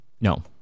No